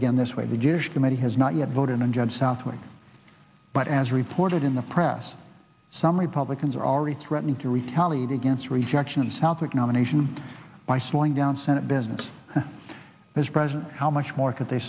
again this way the jewish committee has not yet voted on judge southwick but as reported in the press some republicans are already threatening to retaliate against rejection of southwick nomination by slowing down senate business as president how much more could they